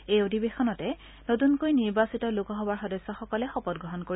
এই অধিবেশনতে নতূনকৈ নিৰ্বাচিত লোকসভাৰ সদস্যসকলে শপতগ্ৰহণ কৰিব